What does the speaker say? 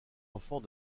enfants